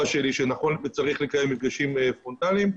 שלי שנכון וצריך לקיים מפגשים פרונטליים,